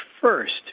first